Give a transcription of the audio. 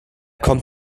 kommt